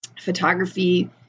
photography